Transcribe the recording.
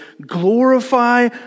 glorify